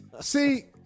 See